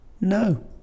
No